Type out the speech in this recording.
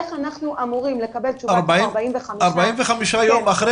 איך אנחנו אמורים --- 45 יום אחרי